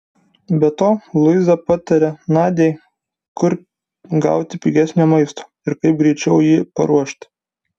be to luiza patarė nadiai kur gauti pigesnio maisto ir kaip greičiau jį paruošti